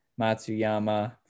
Matsuyama